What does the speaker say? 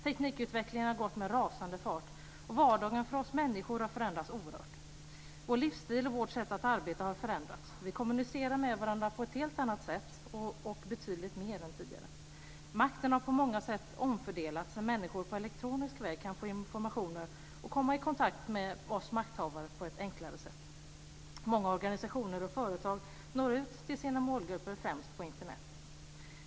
Teknikutvecklingen har gått med rasande fart, och vardagen för oss människor har förändrats oerhört. Vår livsstil och vårt sätt att arbeta har förändrats. Vi kommunicerar med varandra på ett helt annat sätt och betydligt mer än tidigare. Makten har på många sätt omfördelats när människor på elektronisk väg kan få information och komma i kontakt med oss makthavare på ett enklare sätt. Många organisationer och företag når ut till sina målgrupper främst via Internet.